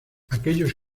aquellos